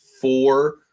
four